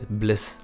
bliss